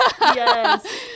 Yes